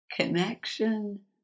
connection